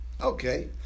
okay